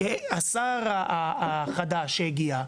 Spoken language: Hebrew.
השר החדש שהגיע,